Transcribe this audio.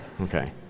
okay